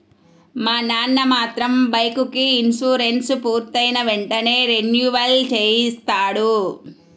మా నాన్న మాత్రం బైకుకి ఇన్సూరెన్సు పూర్తయిన వెంటనే రెన్యువల్ చేయిస్తాడు